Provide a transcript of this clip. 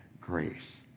grace